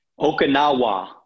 Okinawa